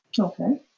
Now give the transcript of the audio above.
Okay